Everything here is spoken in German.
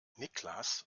niklas